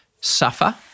suffer